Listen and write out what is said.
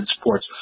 sports